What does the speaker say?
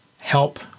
help